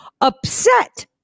upset